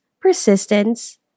persistence